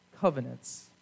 covenants